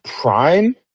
prime